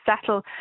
settle